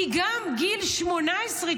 כי גם גיל 18,